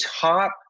top